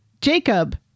Jacob